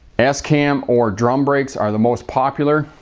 s cam or drum brakes are the most popular.